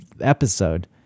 episode